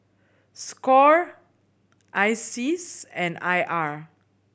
score ISEAS and I R